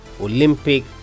olympic